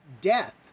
death